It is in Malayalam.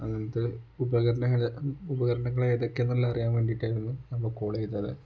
അങ്ങനത്തെ ഉപകരണം ഉപകരണങ്ങളെ ഏതൊക്കെ എന്നുള്ളത് അറിയാൻ വേണ്ടിയിട്ടായിരുന്നു നമ്മൾ കോള ചെയ്തത്